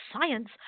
science